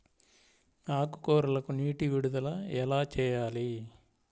ఆకుకూరలకు నీటి విడుదల ఎలా చేయాలి?